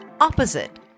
opposite